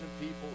people